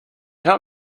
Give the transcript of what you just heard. help